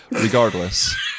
regardless